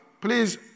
Please